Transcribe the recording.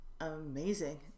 amazing